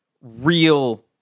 real